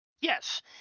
Yes